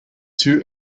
two